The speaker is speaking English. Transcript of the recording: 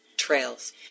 trails